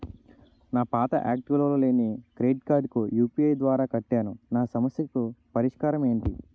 నా పాత యాక్టివ్ లో లేని క్రెడిట్ కార్డుకు యు.పి.ఐ ద్వారా కట్టాను నా సమస్యకు పరిష్కారం ఎంటి?